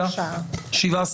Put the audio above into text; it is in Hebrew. אופוזיציה שבעה,